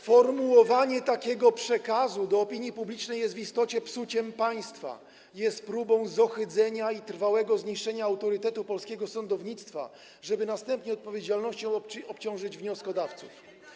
Formułowanie takiego przekazu do opinii publicznej jest w istocie psuciem państwa, jest próbą zohydzenia i trwałego zniszczenia autorytetu polskiego sądownictwa, żeby następnie odpowiedzialnością obciążyć wnioskodawców.